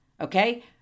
Okay